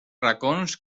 racons